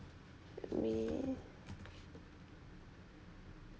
let me